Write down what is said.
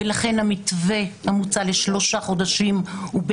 ולכן המתווה המוצע לשלושה חודשים הוא,